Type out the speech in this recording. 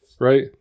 Right